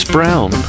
Brown